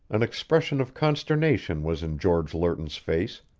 an expression of consternation was in george lerton's face,